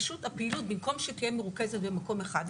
שפוט הפעילות במקום שתהיה מרוכזת במקום אחד,